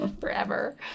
forever